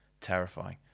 terrifying